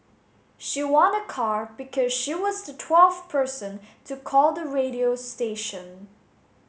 she won a car because she was the twelfth person to call the radio station